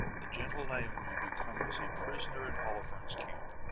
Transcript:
the gentle naomi becomes a prisoner in holofernes' camp.